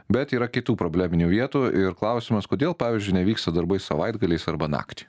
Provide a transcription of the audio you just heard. bet yra kitų probleminių vietų ir klausimas kodėl pavyzdžiui nevyksta darbai savaitgaliais arba naktį